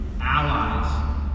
allies